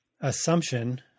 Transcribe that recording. assumption